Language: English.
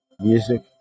music